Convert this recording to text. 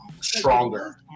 stronger